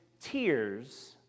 tears